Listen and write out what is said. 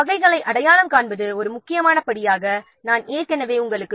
வகைகளை அடையாளம்காண்பது ஒரு முக்கியமான படியாகும்